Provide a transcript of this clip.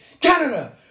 Canada